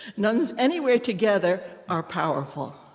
nuns anywhere together are powerful,